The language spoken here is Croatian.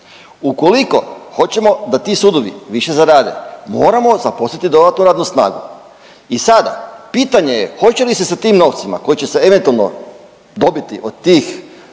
Ukoliko hoćemo da ti sudovi više zarade moramo zaposliti dodatnu radnu snagu i sada pitanje je hoće li se sa tim novcima koji će se eventualno dobiti od tih